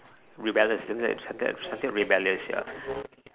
rebellious isn't that something something like rebellious ya